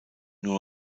nur